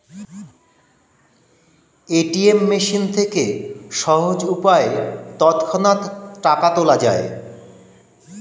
ATM machine থেকে সহজ উপায়ে তৎক্ষণাৎ টাকা তোলা যায়